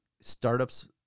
startups